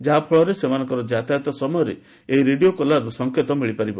ଯାହାଫଳରେ ସେମାନଙ୍କ ଯାତାୟତ ସମୟରେ ଏହି ରେଡିଓ କଲାରରୁ ସଂକେତ ମିଳିପାରିବ